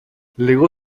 legó